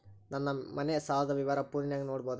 ನನ್ನ ಮನೆ ಸಾಲದ ವಿವರ ಫೋನಿನಾಗ ನೋಡಬೊದ?